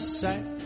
sight